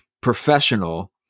Professional